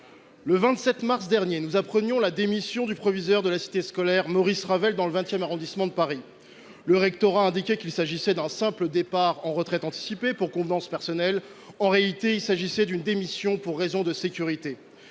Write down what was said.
Le 27 mars dernier, nous apprenions la démission du proviseur de la cité scolaire Maurice Ravel, dans le XX arrondissement de Paris. Le rectorat a indiqué qu’il s’agissait d’un simple départ en retraite anticipée pour convenance personnelle ; en réalité, il s’agissait d’une démission pour raison de sécurité.